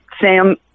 Sam